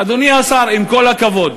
אדוני השר, עם כל הכבוד,